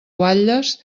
guatlles